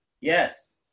Yes